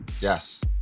yes